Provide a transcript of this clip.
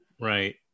Right